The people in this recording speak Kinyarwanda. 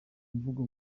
mvugo